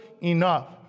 enough